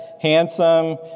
handsome